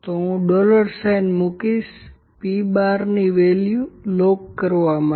તો હું dollar sign મૂકીશ p બાર ની વેલ્યુ લોક કરવા માટે